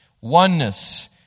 Oneness